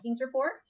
Report